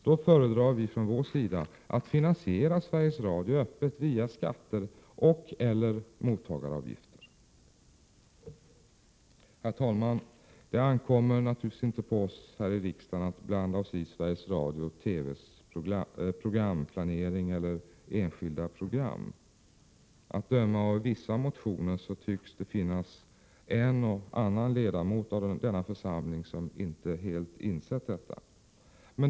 Då föredrar vi att finansiera Sveriges Radio öppet via skatter och/eller mottagaravgifter. Herr talman! Det ankommer naturligtvis inte på oss i riksdagen att blanda oss i Sveriges Radios och TV:s programplanering eller enskilda program. Att döma av vissa motioner tycks det finnas en och annan ledamot av denna församling som inte har insett detta.